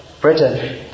Britain